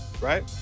right